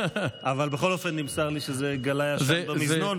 בכל אופן נמסר לי שזה גלאי עשן במזנון,